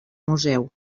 museu